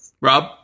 Rob